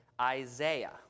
Isaiah